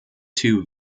two